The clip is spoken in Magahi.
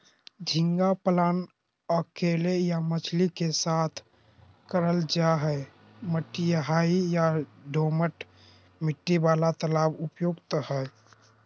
झींगा पालन अकेले या मछली के साथ करल जा हई, मटियाही या दोमट मिट्टी वाला तालाब उपयुक्त हई